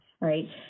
right